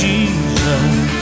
Jesus